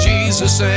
Jesus